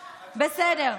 בסדר.